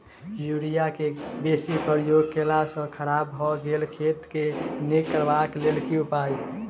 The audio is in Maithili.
यूरिया केँ बेसी प्रयोग केला सऽ खराब भऽ गेल खेत केँ नीक करबाक लेल की उपाय?